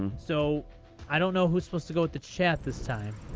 so i don't know who's supposed to go with the chat this time.